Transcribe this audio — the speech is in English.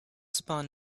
spawn